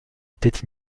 étaient